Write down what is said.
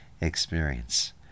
experience